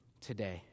today